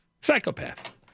Psychopath